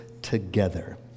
together